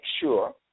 sure